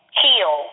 heal